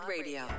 Radio